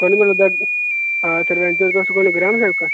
कु'न बोल्ला दा हां सरपैंच तुस कु'न ग्राम सेवक